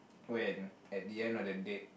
when at the end of the date